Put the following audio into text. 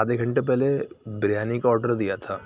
آدھے گھنٹے پہلے بریانی کا آڈر دیا تھا